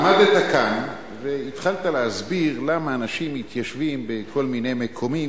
עמדת כאן והתחלת להסביר למה אנשים מתיישבים בכל מיני מקומות,